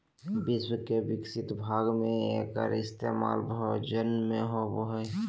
विश्व के विकसित भाग में एकर इस्तेमाल भोजन में होबो हइ